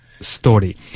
story